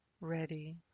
ready